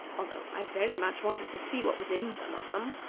although i very much wanted to see what was in some of them.